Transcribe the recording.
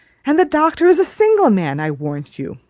and the doctor is a single man, i warrant you.